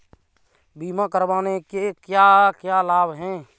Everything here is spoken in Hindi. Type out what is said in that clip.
बीमा करवाने के क्या क्या लाभ हैं?